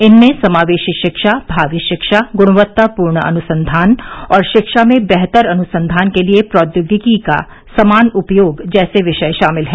इनमें समावेशी शिक्षा भावी शिक्षा गुणवत्तापूर्ण अनुसंधान और शिक्षा में बेहतर अनुसंधान के लिए प्रौद्योगिकी का समान उपयोग जैसे विषय शामिल हैं